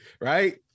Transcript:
right